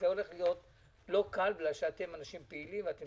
זה הולך להיות לא קל בגלל שאתם אנשים פעילים ואתם